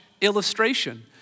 illustration